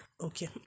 Okay